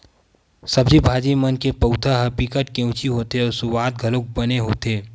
सब्जी भाजी मन के पउधा ह बिकट केवची होथे अउ सुवाद घलोक बने होथे